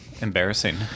Embarrassing